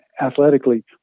Athletically